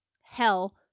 Hell